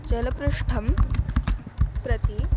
जलपृष्ठं प्रति